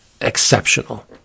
exceptional